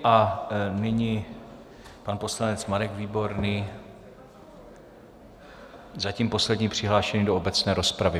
A nyní pan poslanec Marek Výborný, zatím poslední přihlášený do obecné rozpravy.